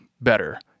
better